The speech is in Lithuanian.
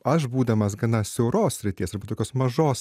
aš būdamas gana siauros srities ir tokios mažos